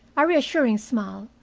a reassuring smile,